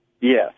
Yes